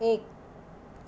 एक